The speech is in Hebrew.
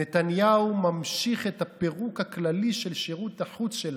נתניהו ממשיך את הפירוק הכללי של שירות החוץ שלנו.